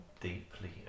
deeply